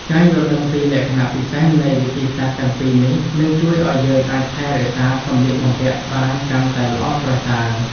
ការយល់ដឹងពីលក្ខណៈពិសេសនៃវិធីសាស្ត្រទាំងពីរនេះនឹងជួយឱ្យយើងអាចថែរក្សាសម្លៀកបំពាក់បានកាន់តែល្អប្រសើរ។